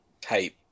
type